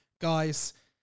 guys